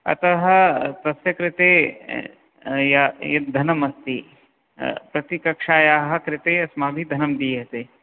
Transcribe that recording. अतः तस्य कृते य यत् धनमस्ति प्रतिकक्षायाः कृते अस्माभिः धनं दीयते